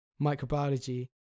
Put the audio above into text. microbiology